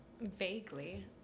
vaguely